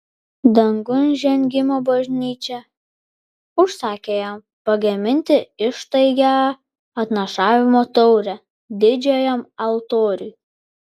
dangun žengimo bažnyčia užsakė jam pagaminti ištaigią atnašavimo taurę didžiajam altoriui